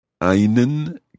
einen